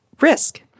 risk